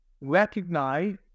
recognize